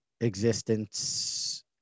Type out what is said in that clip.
existence